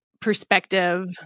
perspective